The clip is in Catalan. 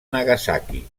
nagasaki